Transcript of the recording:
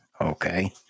Okay